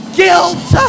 guilt